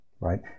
right